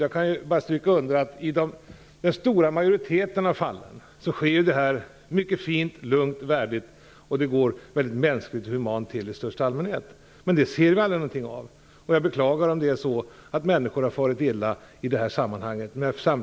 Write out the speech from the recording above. Jag kan bara stryka under att detta i den stora majoriteten av fallen sker mycket fint, lugnt och värdigt, och det går mycket mänskligt och humant till i största allmänhet. Men det ser vi aldrig någonting av. Jag beklagar om människor har farit illa i det här sammanhanget.